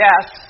yes